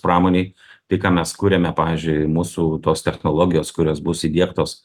pramonei tai ką mes kuriame pavyzdžiui mūsų tos technologijos kurios bus įdiegtos